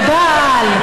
לבעל,